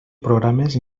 programes